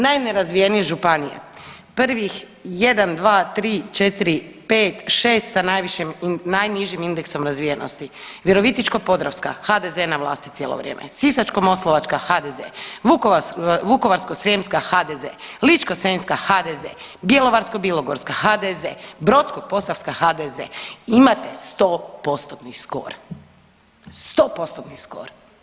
Najnerazvijenije županije prvih 1, 2, 3, 4, 5, 6 sa najvišim, najnižim indeksom razvijenosti Virovitičko-podravska HDZ je na vlasti cijelo vrijeme, Sisačko-moslavačka HDZ, Vukovarsko-srijemska HDZ, Ličko-senjska HDZ, Bjelovarsko-bilogorska HDZ, Brodsko-posavska HDZ, imate 100%-tni skor, 100%-tni skor.